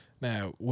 Now